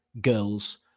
girls